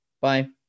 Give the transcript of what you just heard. Bye